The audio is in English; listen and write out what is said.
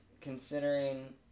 considering